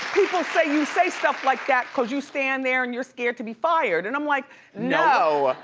people say you say stuff like that cause you stand there and you're scared to be fired. and i'm like no,